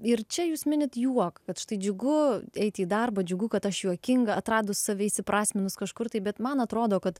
ir čia jūs minit juoką kad štai džiugu eiti į darbą džiugu kad aš juokinga atradus savęs įprasminus kažkur tai bet man atrodo kad